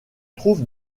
trouve